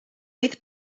oedd